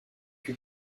que